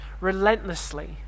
relentlessly